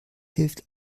hilft